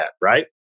right